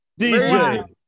DJ